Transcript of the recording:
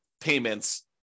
payments